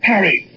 Harry